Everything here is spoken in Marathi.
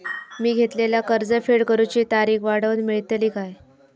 मी घेतलाला कर्ज फेड करूची तारिक वाढवन मेलतली काय?